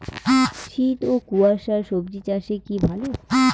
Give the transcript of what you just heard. শীত ও কুয়াশা স্বজি চাষে কি ভালো?